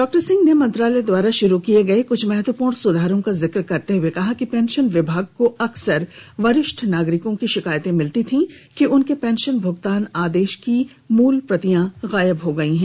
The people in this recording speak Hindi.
डॉ सिंह ने मंत्रालय द्वारा शुरू किए गए कृछ महत्वपूर्ण सुधारों का जिक्र करते हुए कहा कि पेंशन विभाग को अक्सर वरिष्ठ नागरिकों की शिकायतें मिलती थीं कि उनके पेंशन भुगतान आदेश की मूल प्रतियां गायब हो गई हैं